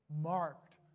marked